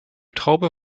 traube